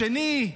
השני,